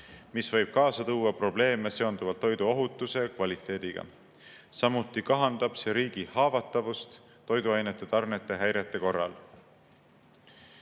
mis võib kaasa tuua probleeme seonduvalt toidu ohutuse ja kvaliteediga. Samuti kahandab see riigi haavatavust toiduainete tarnete häirete korral.